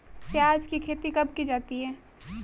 प्याज़ की खेती कब की जाती है?